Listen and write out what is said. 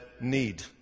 need